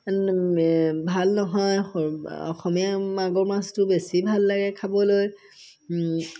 ভাল নহয় অসমীয়া মাগুৰ মাছটো বেছি ভাল লাগে খাবলৈ